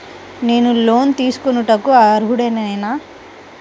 నేను లోన్ తీసుకొనుటకు అర్హుడనేన?